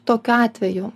tokiu atveju